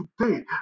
today